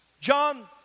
John